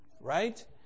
right